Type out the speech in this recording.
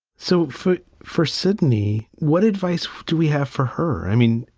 so foot for sydney. what advice do we have for her? i mean,